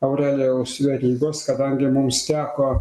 aurelijaus verygos kadangi mums teko